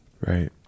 Right